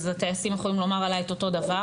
אז הטייסים יכולים לומר עליי אותו דבר,